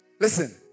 Listen